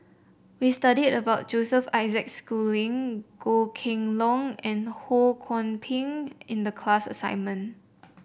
we studied about Joseph Isaac Schooling Goh Kheng Long and Ho Kwon Ping in the class assignment